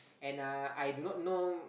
and uh I do not know